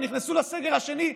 כשהם נכנסו לסגר השני,